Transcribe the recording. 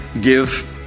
give